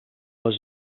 les